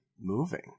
moving